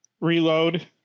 Reload